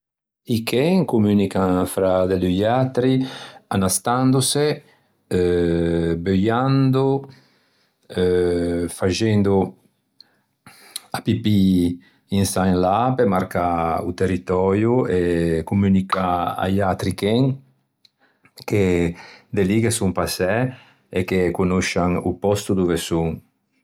I chen communican fra de loiatri annastandose, eh, beuiando, faxendo a pipì in sa e in là pe marcâ o territoio e communicâ a-i atri chen che de lì ghe son passæ e che conoscian o pòsto dove son.